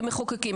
כמחוקקים,